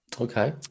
okay